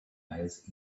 miles